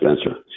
Spencer